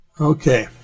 Okay